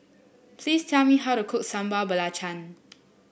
please tell me how to cook Sambal Belacan